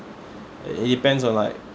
i~ it depends on like